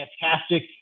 fantastic